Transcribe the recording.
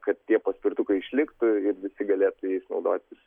kad tie paspirtukai išliktų ir visi galėtų jais naudotis